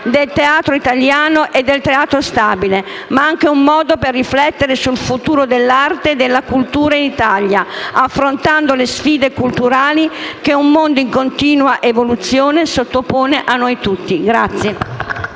del teatro italiano e del Teatro Stabile, ma anche un modo per riflettere sul futuro dell'arte e della cultura in Italia, affrontando le sfide culturali che un mondo in continua evoluzione sottopone a noi tutti.